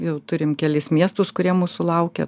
jau turim kelis miestus kurie mūsų laukia